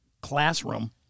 classroom